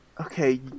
Okay